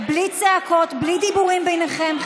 בלי צעקות, בלי דיבורים ביניכם.